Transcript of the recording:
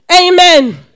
Amen